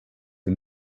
and